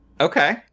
Okay